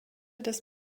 des